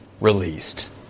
released